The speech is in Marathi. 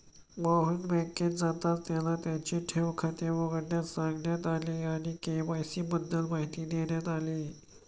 मोहन बँकेत जाताच त्याला त्याचे ठेव खाते उघडण्यास सांगण्यात आले आणि के.वाय.सी बद्दल माहिती देण्यात आली